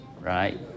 right